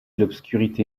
l’obscurité